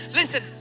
listen